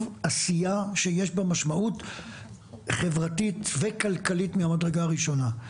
עשייה שיש בה משמעות חברתית וכלכלית ממדרגה ראשונה.